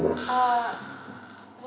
uh